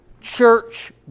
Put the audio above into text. church